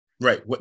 Right